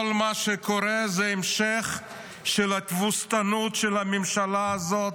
כל מה שקורה זה המשך של התבוסתנות של הממשלה הזאת,